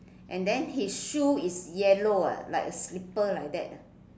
and then his shoes is yellow ah like slipper like that ah